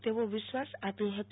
તેવો વિશ્વાસ આપ્યો હતો